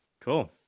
Cool